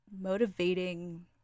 motivating